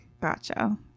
Gotcha